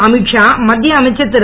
அமீத்ஷா மத்திய அமைச்சர்கள் திரு